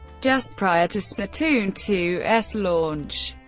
just prior to splatoon two s launch.